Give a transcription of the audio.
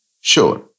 Sure